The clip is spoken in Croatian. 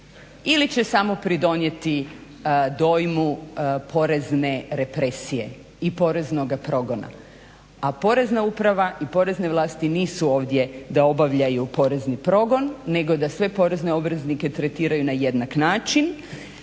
ili će samo pridonijeti dojmu porezne represije i poreznoga progona. A Porezna uprava i porezne vlasti nisu ovdje da obavljaju porezni progon, nego da sve porezne obveznike tretiraju na jednak način,